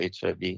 HIV